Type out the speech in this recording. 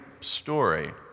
story